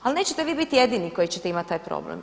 Ali nećete vi bit jedini koji ćete imati taj problem.